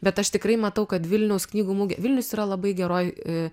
bet aš tikrai matau kad vilniaus knygų mugė vilnius yra labai geroj